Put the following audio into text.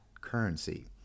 currency